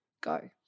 go